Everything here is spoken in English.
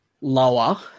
lower